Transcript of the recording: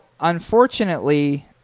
unfortunately